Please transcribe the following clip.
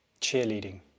cheerleading